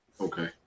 Okay